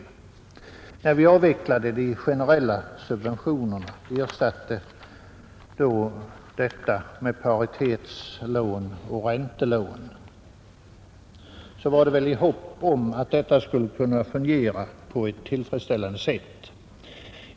När vi avvecklade de generella subventionerna och ersatte dem med paritetslån och räntelån, var det i hopp om att detta skulle kunna fungera på ett tillfredsställande sätt.